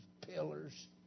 pillars